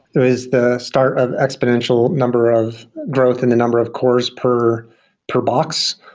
it was the start of exponential number of growth in the number of cores per per box,